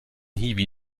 hiwi